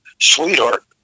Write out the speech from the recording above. sweetheart